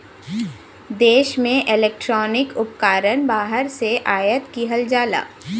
देश में इलेक्ट्रॉनिक उपकरण बाहर से आयात किहल जाला